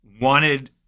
wanted